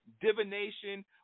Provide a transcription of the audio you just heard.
divination